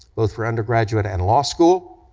both for undergraduate and law school.